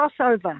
crossover